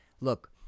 Look